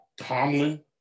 Tomlin